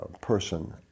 person